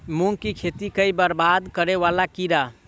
मूंग की खेती केँ बरबाद करे वला कीड़ा?